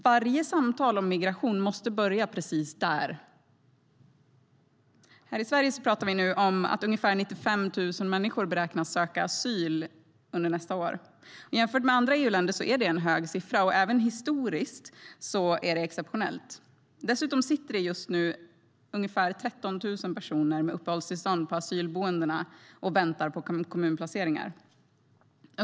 Varje samtal om migration måste börja precis där. Här i Sverige pratar vi nu om att ungefär 95 000 människor beräknas söka asyl under nästa år. Jämfört med andra EU-länder är det en hög siffra, och även historiskt är det exceptionellt. Dessutom sitter det just nu ungefär 13 000 personer med uppehållstillstånd på asylboenden och väntar på kommunplaceringar.